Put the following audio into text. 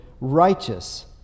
righteous